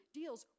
deals